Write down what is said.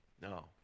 No